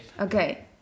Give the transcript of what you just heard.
Okay